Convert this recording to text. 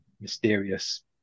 mysterious